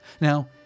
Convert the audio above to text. Now